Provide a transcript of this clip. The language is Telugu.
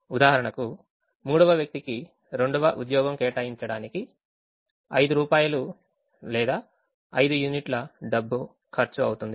ఉదాహరణకు 3వ వ్యక్తికి 2వ ఉద్యోగం కేటాయించడానికి 5 రూపాయలు లేదా 5 యూనిట్ల డబ్బు ఖర్చు అవుతుంది